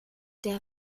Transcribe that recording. der